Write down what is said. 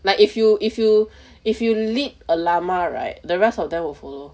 like if you if you if you lead a llama right the rest of them will follow